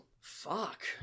Fuck